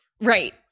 Right